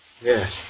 Yes